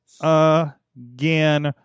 again